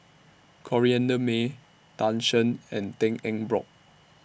Corrinne May Tan Shen and Tan Eng Bock